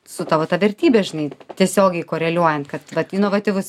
su tavo ta vertybe žinai tiesiogiai koreliuojant kad vat inovatyvus